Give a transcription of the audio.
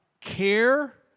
care